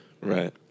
Right